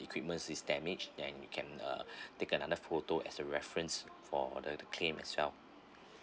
equipments is damaged then you can uh take another photo as a reference for in order to claim as well